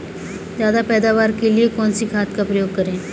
ज्यादा पैदावार के लिए कौन सी खाद का प्रयोग करें?